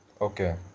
Okay